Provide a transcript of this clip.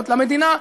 למדינה,